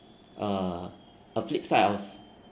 uh a flip side of